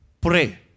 pray